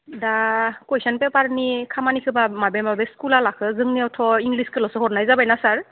दा कुइस'न पेपारनि खामानिखौबा बबे बबे स्कुला लाखो जोंनियावथ' इंलिसखौल'सो हरनाय जाबायना सार